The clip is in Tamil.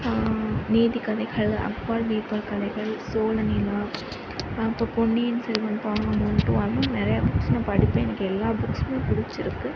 நீதிக் கதைகள் அக்பர் பீக்பார் கதைகள் சோழ நிலா இப்போ பொன்னியின் செல்வன் பாகம் ஒன் டூ அதுவும் நான் நிறையா புக்ஸ் நான் படிப்பேன் எல்லா புக்ஸுமே பிடிச்சிருக்கு